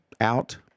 out